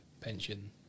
pension